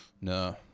No